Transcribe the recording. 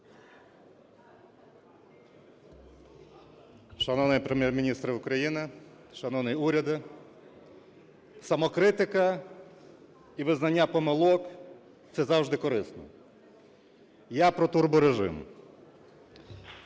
Шановний Прем'єр-міністре України, шановний уряде! Самокритика і визнання помилок – це завжди корисно. Я про турборежим.